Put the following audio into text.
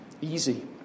Easy